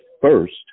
first